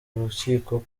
urukiko